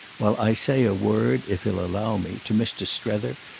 while i say a word, if he'll allow me, to mr. strether,